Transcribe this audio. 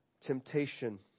temptation